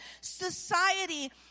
Society